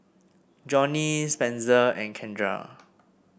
Johny Spenser and Kendra